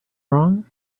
wrong